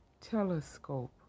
telescope